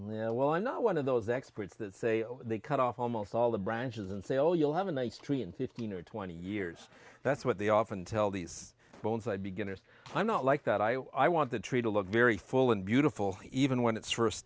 air well i'm not one of those experts that say oh they cut off almost all the branches and say all you'll have in a tree in fifteen or twenty years that's what they often tell these bones i beginners i'm not like that i want the tree to look very full and beautiful even when it's first